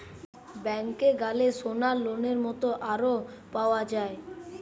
ব্যাংকে গ্যালে সোনার লোনের মত আরো পাওয়া যায়